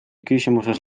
küsimuses